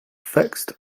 fixed